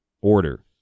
order